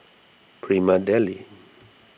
Prima Deli